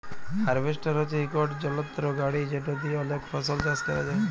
harvester হছে ইকট যলত্র গাড়ি যেট দিঁয়ে অলেক ফসল চাষ ক্যরা যায়